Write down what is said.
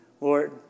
Lord